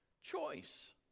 choice